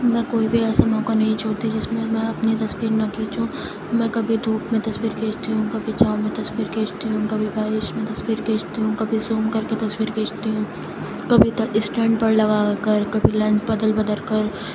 میں کوئی بھی ایسا موقع نہیں چھوڑتی جس میں میں اپنی تصویر نہ کھینچوں میں کبھی دھوپ میں تصویر کھینچتی ہوں کبھی چھاؤں میں تصویر کھینچتی ہوں کبھی بارش میں تصویر کھینچتی ہوں کبھی زوم کر کے تصویر کھینچتی ہوں کبھی تو اسٹینڈ پر لگا کر کبھی لینس بدل بدل کر